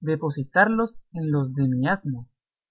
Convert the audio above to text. depositarlos en los